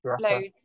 loads